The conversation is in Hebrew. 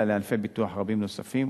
אלא לענפי ביטוח רבים נוספים,